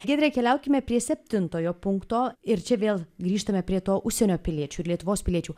giedre keliaukime prie septintojo punkto ir čia vėl grįžtame prie to užsienio piliečių lietuvos piliečių